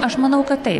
aš manau kad taip